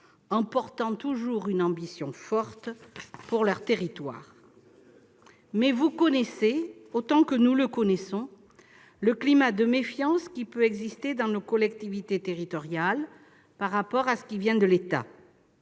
en portant toujours une ambition forte pour leurs territoires. Mais vous connaissez, autant que nous, monsieur le ministre, mes chers collègues, le climat de méfiance qui peut exister dans nos collectivités territoriales par rapport à ce qui vient de l'État.